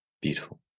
Beautiful